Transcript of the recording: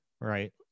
right